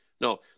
no